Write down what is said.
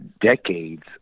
decades